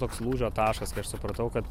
toks lūžio taškas kai aš supratau kad